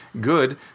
good